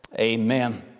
Amen